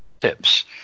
tips